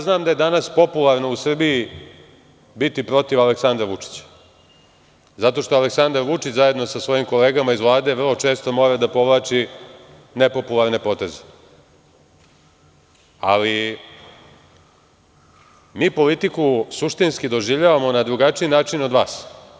Znam da je danas popularno u Srbiji biti protiv Aleksandra Vučića, zato što Aleksandar Vučić, zajedno sa svojim kolegama iz Vlade, vrlo često mora da provlači nepopularne poteze, ali mi politiku suštinski doživljavamo na drugačiji način od vas.